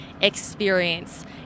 experience